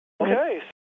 Okay